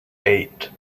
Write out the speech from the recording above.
eight